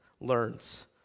learns